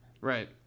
right